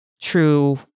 true